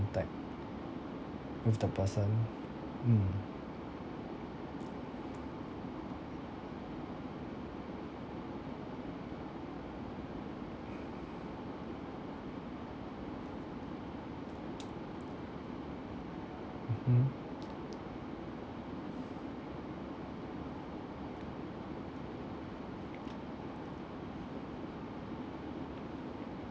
mm mmhmm